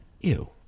Ew